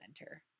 enter